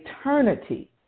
eternity